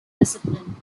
discipline